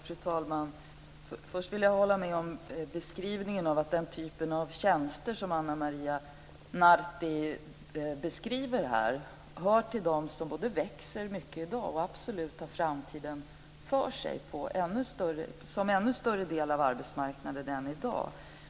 Fru talman! Först vill jag hålla med om beskrivningen. Den typ av tjänster som Ana Maria Narti tar upp hör till dem som både ökar i dag och som absolut har framtiden på sig som en ännu större del av arbetsmarknaden än vad de är i dag.